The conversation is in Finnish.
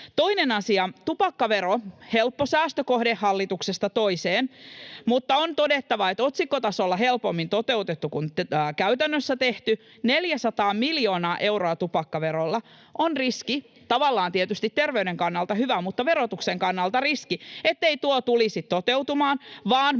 Toinen asia, tupakkavero, on helppo säästökohde hallituksesta toiseen, mutta on todettava, että se on otsikkotasolla helpommin toteutettu kuin käytännössä tehty. 400 miljoonaa euroa tupakkaverolla on riski. Se on tavallaan tietysti terveyden kannalta hyvä, mutta verotuksen kannalta on riski, ettei tuo tulisi toteutumaan, vaan